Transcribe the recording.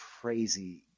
crazy